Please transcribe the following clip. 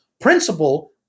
Principle